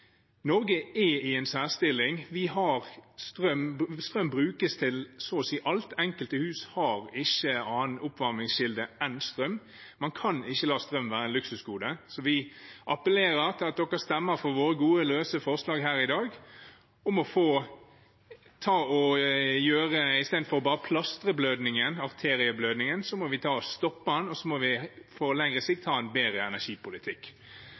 Norge er i en særstilling. Strøm brukes til så å si alt. Enkelte hus har ikke annen oppvarmingskilde enn strøm. Man kan ikke la strøm være et luksusgode. Vi appellerer til å stemme for våre gode, løse forslag her i dag. Istedenfor bare å plastre blødningen, arterieblødningen, må vi stoppe den, og så må vi på lengre sikt ha en bedre energipolitikk.